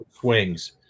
swings